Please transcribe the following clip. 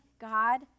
God